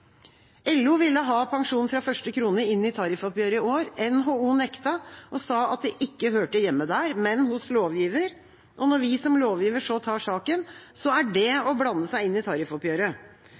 LO ville ha pensjon fra første krone inn i tariffoppgjøret i år. NHO nektet og sa det ikke hørte hjemme der, men hos lovgiver. Når vi som lovgiver så tar saken, så er det å blande seg inn i tariffoppgjøret.